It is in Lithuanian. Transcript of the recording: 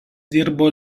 dirbo